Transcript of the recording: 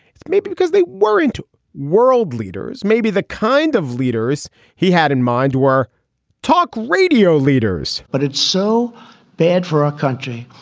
maybe because they were into world leaders maybe the kind of leaders he had in mind where talk radio leaders but it's so bad for a country.